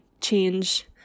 change